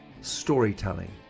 Storytelling